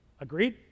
Agreed